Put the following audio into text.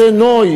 זה עצי נוי,